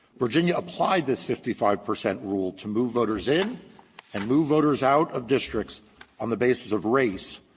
virginia applied this fifty five percent rule to move voters in and move voters out of districts on the basis of race,